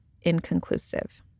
inconclusive